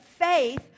faith